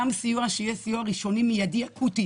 גם סיוע שיהיה סיוע ראשוני מיידי אקוטי